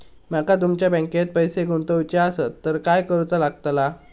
माका तुमच्या बँकेत पैसे गुंतवूचे आसत तर काय कारुचा लगतला?